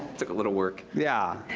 took a little work. yeah.